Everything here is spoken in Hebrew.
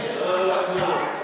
לא לא, אני מבקש את סליחתך.